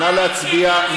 נא להצביע.